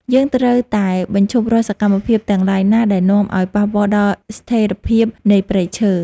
យើងត្រូវតែបញ្ឈប់រាល់សកម្មភាពទាំងឡាយណាដែលនាំឱ្យប៉ះពាល់ដល់ស្ថិរភាពនៃព្រៃឈើ។